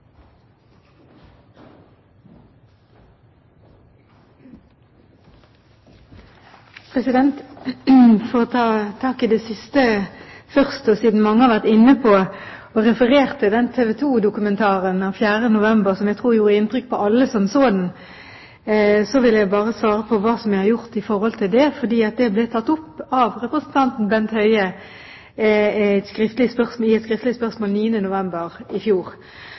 Siden mange har vært inne på og referert til den TV 2-dokumentaren 4. november, som jeg tror gjorde inntrykk på alle som så den, vil jeg svare på hva som er gjort i forhold til det. For det ble tatt opp av representanten Bent Høie i et skriftlig spørsmål 9. november i fjor.